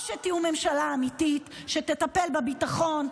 או שתהיו ממשלה אמיתית שתטפל בביטחון,